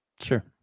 Sure